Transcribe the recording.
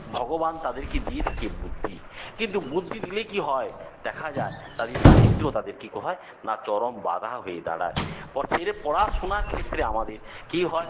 ভগবান তাদেরকে দিয়ে থাকে বুদ্ধি কিন্তু বুদ্ধি দিলেই কি হয় দেখা যায় তাদের দারিদ্র তাদের কি হয় না চরম বাধা হয়ে দাঁড়ায় পড়াশুনার ক্ষেত্রে আমাদের কি হয়